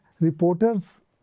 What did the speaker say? Reporters